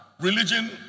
religion